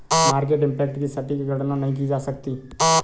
market impact की सटीक गणना नहीं की जा सकती